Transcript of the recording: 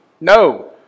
no